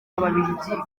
ababiligi